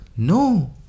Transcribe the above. No